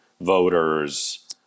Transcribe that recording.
voters